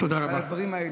על הדברים האלה.